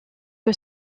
que